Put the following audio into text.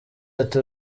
ati